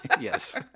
yes